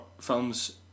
films